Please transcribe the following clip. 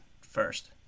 first